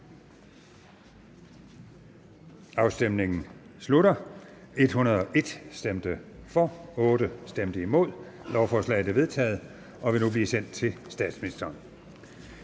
hverken for eller imod stemte 0. Lovforslaget er vedtaget og vil nu blive sendt til statsministeren.